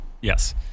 Yes